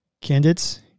Candidates